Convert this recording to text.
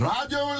Radio